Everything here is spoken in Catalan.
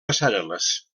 passarel·les